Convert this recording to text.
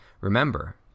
Remember